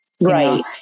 right